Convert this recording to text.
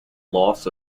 loss